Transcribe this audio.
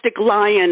lion